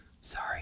Sorry